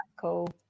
cool